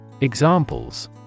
examples